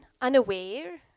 unaware